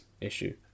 issue